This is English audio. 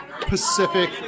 Pacific